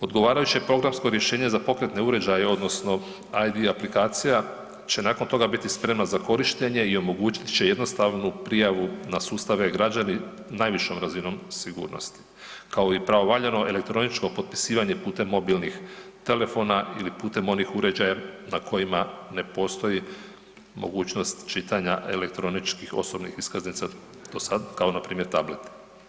Odgovarajuće programsko rješenje za pokretne uređaje odnosno ID aplikacija će nakon toga biti spremna za korištenje i omogućit će jednostavnu prijavu na sustav e-Građani s najvišom razinom sigurnosti, kao i pravovaljano elektroničko potpisivanje putem mobilnih telefona ili putem onih uređaja na kojima ne postoji mogućnost čitanja elektroničkih osobnih iskaznica do sada kao npr. tablet.